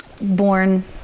born